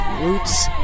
Roots